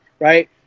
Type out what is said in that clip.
right